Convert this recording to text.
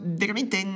veramente